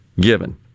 given